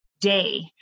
day